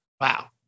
Wow